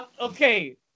Okay